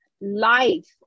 life